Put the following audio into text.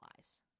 eyes